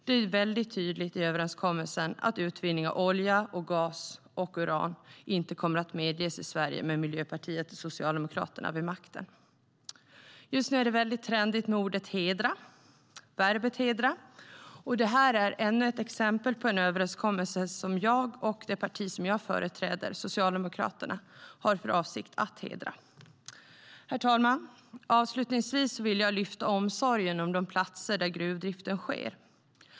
Det är väldigt tydligt i överenskommelsen att utvinning av olja, gas och uran inte kommer att medges i Sverige med Miljöpartiet och Socialdemokraterna vid makten. Just nu är det trendigt med verbet hedra. Det här är ännu ett exempel på en överenskommelse som jag och det parti jag företräder, Socialdemokraterna, har för avsikt att hedra. Herr ålderspresident! Avslutningsvis vill jag lyfta fram omsorgen om de platser där gruvdriften sker.